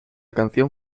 canción